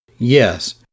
Yes